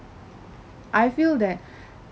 I feel that